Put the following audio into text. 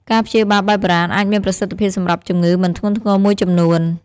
ការព្យាបាលបែបបុរាណអាចមានប្រសិទ្ធភាពសម្រាប់ជំងឺមិនធ្ងន់ធ្ងរមួយចំនួន។